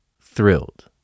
thrilled